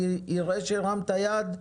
אני אראה שהרמת יד,